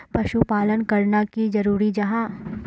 पशुपालन करना की जरूरी जाहा?